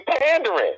pandering